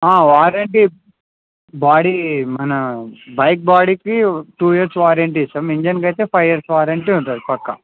warranty body మన bike బాడీకి two years warranty ఇస్తాం ఇంజిన్కి అయితే ఫైవ్ ఇయర్స్ వారెంటీ ఉంటుంది పక్క